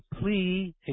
plea